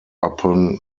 upon